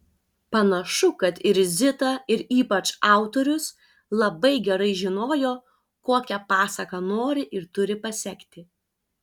panašu kad ir zita ir ypač autorius labai gerai žinojo kokią pasaką nori ir turi pasekti